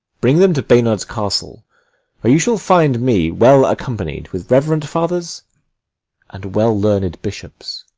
bring them to baynard's castle where you shall find me well accompanied with reverend fathers and well learned bishops.